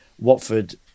watford